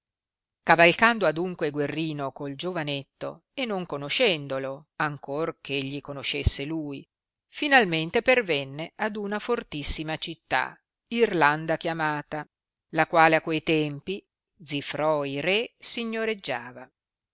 cavalcando adunque guerrino co l giovanetto e non conoscendolo ancor che egli conoscesse lui finalmente pervenne ad una fortissima città irlanda chiamata la quale a quei tempi zifroi re signoreggiava